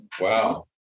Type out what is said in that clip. Wow